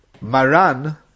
Maran